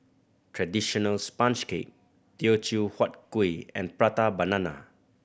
traditional sponge cake Teochew Huat Kuih and Prata Banana